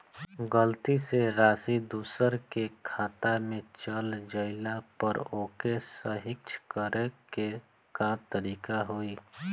गलती से राशि दूसर के खाता में चल जइला पर ओके सहीक्ष करे के का तरीका होई?